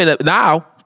now